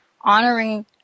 Honoring